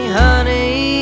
honey